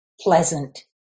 pleasant